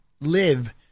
live